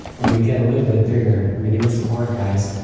when we get a little bit bigger. with your support, guys.